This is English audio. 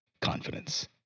confidence